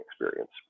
experience